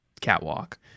catwalk